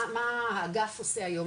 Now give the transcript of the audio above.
מה האגף עושה היום?